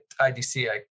IDC